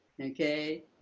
okay